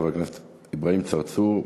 חברי הכנסת אברהים צרצור,